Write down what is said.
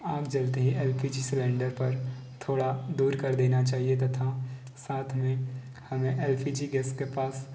आग जलते ही एल पी जी सिलेंडर पर थोड़ा दूर कर देना चाहिए तथा साथ में हमें एएल पी जी गैस के पास